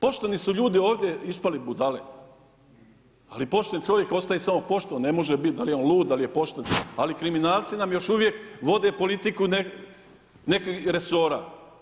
Pošteni su ljudi ovdje ispali budale, ali pošten čovjek ostaje samo pošten, ne može biti da li je on lud, da li je pošten, ali kriminalci nam još uvijek vode politiku neki resora.